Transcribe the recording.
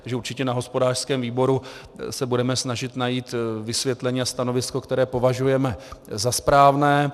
Takže určitě na hospodářském výboru se budeme snažit najít vysvětlení a stanovisko, které považujeme za správné.